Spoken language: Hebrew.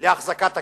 להחזקת הכיבוש?